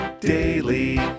Daily